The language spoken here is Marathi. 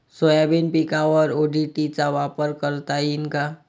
सोयाबीन पिकावर ओ.डी.टी चा वापर करता येईन का?